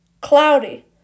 cloudy